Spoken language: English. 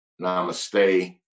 Namaste